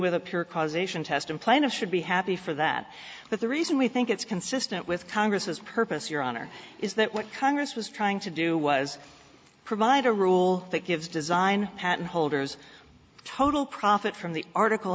with a pure causation test implanted should be happy for that but the reason we think it's consistent with congress's purpose your honor is that what congress was trying to do was provide a rule that gives design patent holders total profit from the article